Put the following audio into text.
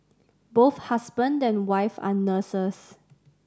both husband and wife are nurses